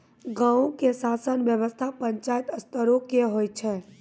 गांवो के शासन व्यवस्था पंचायत स्तरो के होय छै